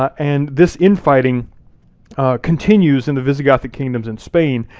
and this infighting continues in the visigothic kingdoms in spain,